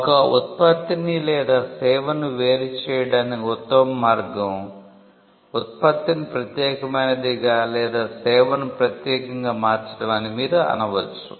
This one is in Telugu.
ఒక ఉత్పత్తిని లేదా సేవను వేరు చేయడానికి ఉత్తమ మార్గం ఉత్పత్తిని ప్రత్యేకమైనదిగా లేదా సేవను ప్రత్యేకంగా మార్చడం అని మీరు అనవచ్చు